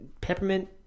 peppermint